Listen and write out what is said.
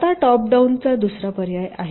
आता top down हा दुसरा पर्याय आहे